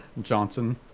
Johnson